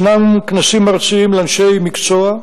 כנסים ארציים לאנשי מקצוע,